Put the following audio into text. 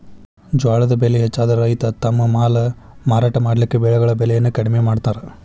ಜ್ವಾಳದ್ ಬೆಳೆ ಹೆಚ್ಚಾದ್ರ ರೈತ ತಮ್ಮ ಮಾಲ್ ಮಾರಾಟ ಮಾಡಲಿಕ್ಕೆ ಬೆಳೆಗಳ ಬೆಲೆಯನ್ನು ಕಡಿಮೆ ಮಾಡತಾರ್